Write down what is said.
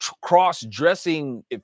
cross-dressing